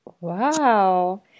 Wow